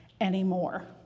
anymore